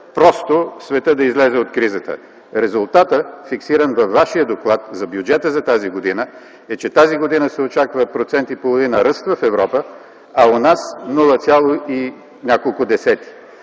просто светът да излезе от кризата. Резултатът, фиксиран във Вашия доклад за бюджета за тази година, е, че тази година се очаква 1,5% ръст в Европа, а у нас нула цяло и няколко десети.